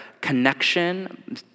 connection